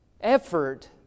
effort